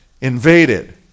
invaded